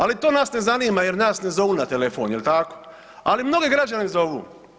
Ali to nas ne zanima jer nas ne zovu na telefon jel tako, al mnoge građane zovu.